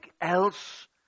else